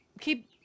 keep